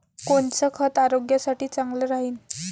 कोनचं खत आरोग्यासाठी चांगलं राहीन?